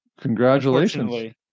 Congratulations